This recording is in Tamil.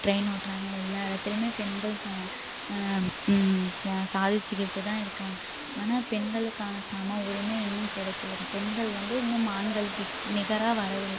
ட்ரெயின் ஓட்டுறாங்க எல்லா இடத்துலையுமே பெண்கள் ச த சாதிச்சுக்கிட்டு தான் இருக்காங்க ஆனால் பெண்களுக்கான சம உரிமை இன்னும் கிடைக்கல பெண்கள் வந்து இன்னும் ஆண்களுக்கு நிகராக வரவில்லை